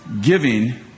giving